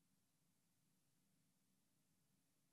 אתה